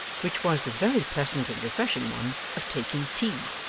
which was the very pleasant and refreshing one of taking tea.